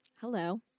hello